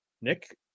Nick